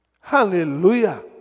Hallelujah